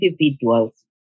individuals